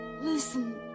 Listen